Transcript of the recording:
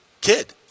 kid